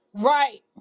Right